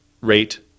rate